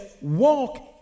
walk